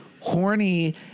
horny